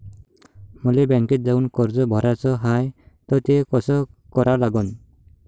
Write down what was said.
मले बँकेत जाऊन कर्ज भराच हाय त ते कस करा लागन?